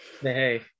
hey